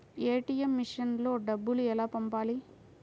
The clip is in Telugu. ఏ.టీ.ఎం మెషిన్లో డబ్బులు ఎలా పంపాలి?